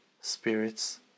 spirits